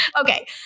Okay